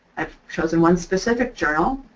i have chosen one specific journal,